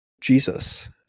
Jesus